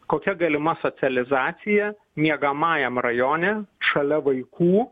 kokia galima socializacija miegamajam rajone šalia vaikų